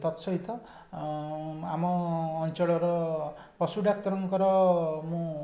ତତ୍ ସହିତ ଆମ ଅଞ୍ଚଳର ପଶୁ ଡାକ୍ତରଙ୍କର ମୁଁ